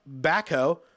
backhoe